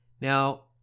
Now